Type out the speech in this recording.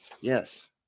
Yes